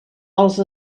els